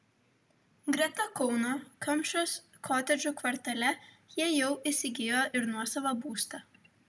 greta kauno kamšos kotedžų kvartale jie jau įsigijo ir nuosavą būstą